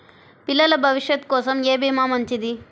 పిల్లల భవిష్యత్ కోసం ఏ భీమా మంచిది?